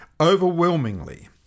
Overwhelmingly